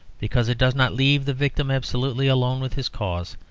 because it does not leave the victim absolutely alone with his cause,